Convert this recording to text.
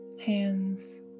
hands